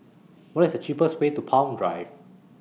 What IS The cheapest Way to Palm Drive